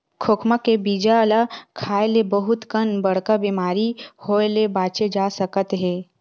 खोखमा के बीजा ल खाए ले बहुत कन बड़का बेमारी होए ले बाचे जा सकत हे